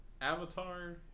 Avatar